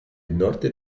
norte